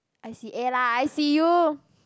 I_C_A lah I_C_U